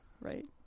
Right